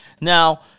Now